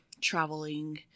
traveling